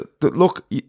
look